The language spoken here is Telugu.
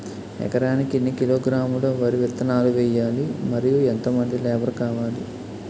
ఎకరానికి ఎన్ని కిలోగ్రాములు వరి విత్తనాలు వేయాలి? మరియు ఎంత మంది లేబర్ కావాలి?